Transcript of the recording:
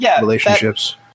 relationships